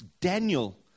Daniel